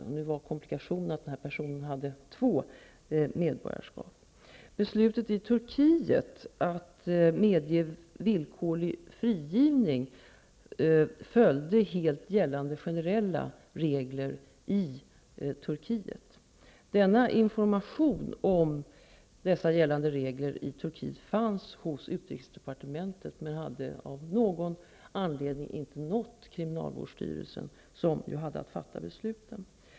Komplikationen i detta fall var att denna person hade två medborgarskap. Beslutet i Turkiet att medge villkorlig frigivning följde helt gällande generella regler i Turkiet. Denna information om dessa gällande regler i Turkiet fanns hos utrikesdepartementet men hade av någon anledning inte nått kriminalvårdsstyrelsen, som ju hade att fatta besluten.